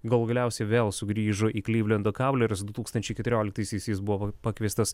gol galiausiai vėl sugrįžo į klivlendo kavlerius du tūkstančiai keturioliktaisiais jis buvo pakviestas